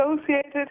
associated